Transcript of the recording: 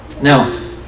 Now